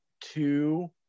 two